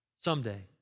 Someday